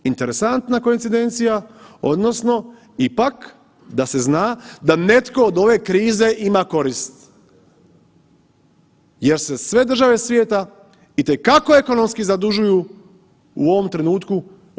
Interesantna koincidencija odnosno ipak da se zna da netko od ove krize ima korist jer se sve države svijeta itekako ekonomski zadužuju u ovom trenutku.